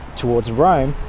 towards rome,